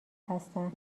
هستند